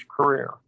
career